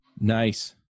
Nice